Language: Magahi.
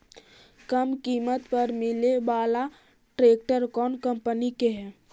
कम किमत पर मिले बाला ट्रैक्टर कौन कंपनी के है?